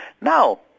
Now